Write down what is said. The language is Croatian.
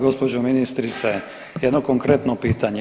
Gospođo ministrice, jedno konkretno pitanje.